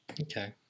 Okay